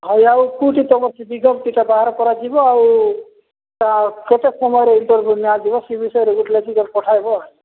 ହଁ ଆଉ କୋଉଠି ତମର ବାହାର କରାଯିବ ଆଉ କେତେ ସମୟରେ ଇଣ୍ଟରଭି୍ୟୁ ନିଆଯିବ ସେ ବିଷୟରେ ଗଲେ ଟିକେ ପଠାଇବ